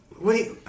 Wait